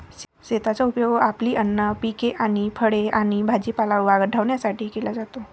शेताचा उपयोग आपली अन्न पिके आणि फळे आणि भाजीपाला वाढवण्यासाठी केला जातो